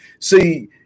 See